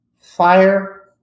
fire